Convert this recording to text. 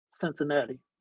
Cincinnati